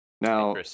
Now